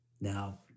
Now